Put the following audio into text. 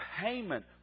payment